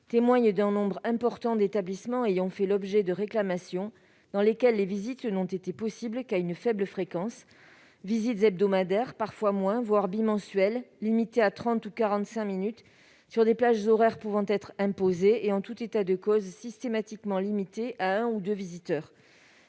témoigne d'un nombre important d'établissements ayant fait l'objet de réclamations et où les visites n'ont été possibles qu'à une faible fréquence : visites hebdomadaires, parfois moins fréquentes encore, voire bimensuelles, limitées à trente ou quarante-cinq minutes, sur des plages horaires pouvant être imposées et, en tout état de cause, systématiquement limitées à un ou deux visiteurs.